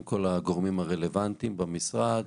עם כל הגורמים הרלוונטיים במשרד,